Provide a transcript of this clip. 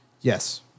Yes